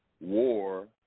war